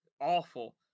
awful